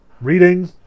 reading